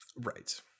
Right